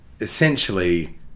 essentially